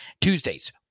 Tuesdays